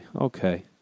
okay